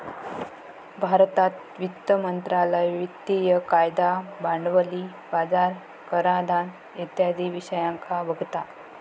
भारतात वित्त मंत्रालय वित्तिय कायदा, भांडवली बाजार, कराधान इत्यादी विषयांका बघता